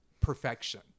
perfection